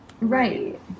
Right